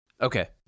Okay